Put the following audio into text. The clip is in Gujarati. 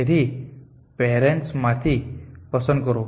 તેથી પેરેન્ટ્સ માંથી પસંદ કરો